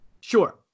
Sure